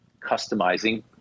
customizing